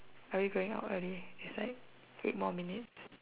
are we going out already it's like eight more minutes